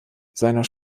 seiner